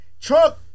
Trump